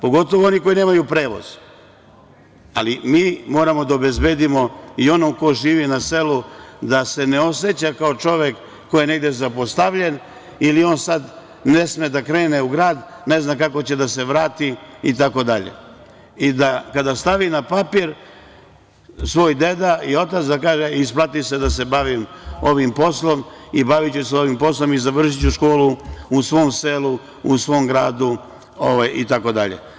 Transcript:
Pogotovo oni koji nemaju prevoz, ali mi moramo da obezbedimo i onog ko živi na selu da se ne oseća kao čovek koji je negde zapostavljen ili on sad ne sme da krene u grad, ne zna kako će da se vrati itd, i kada stavi na papir, svoj deda i otac da kaže - isplati se da se bavim ovim poslom i baviću se ovim poslom i završiću školu u svom selu, u svom gradu, itd.